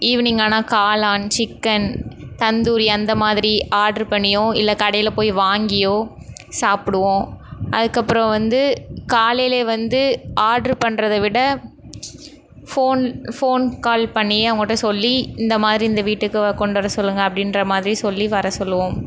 evening ஆனால் காளான் chicken tandoori அந்த மாதிரி ஆட்ரு பண்ணியோ இல்லை கடையில போய் வாங்கியோ சாப்பிடுவோம் அதுக்கப்புறம் வந்து காலையிலேயே வந்து ஆட்ரு பண்ணுறத விட ஃபோன் ஃபோன் கால் பண்ணியே அவங்கட்ட சொல்லி இந்த மாதிரி இந்த வீட்டுக்கு கொண்டுவர சொல்லுங்க அப்படின்ற மாதிரி சொல்லி வர சொல்லுவோம்